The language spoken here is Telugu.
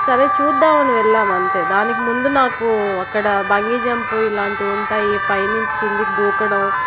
సరే చూద్దాం అని వెళ్ళాం అంతే దానికి ముందు నాకు అక్కడ బంగీ జంపు ఇలాంటి ఉంటాయి పైనుంచి కిందకి దూకడం